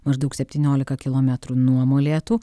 maždaug septyniolika kilometrų nuo molėtų